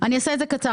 אני אעשה את זה קצר.